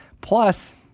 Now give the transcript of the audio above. plus